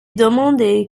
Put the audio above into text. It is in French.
demandé